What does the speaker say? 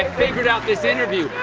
figured out this interview.